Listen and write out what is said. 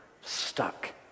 stuck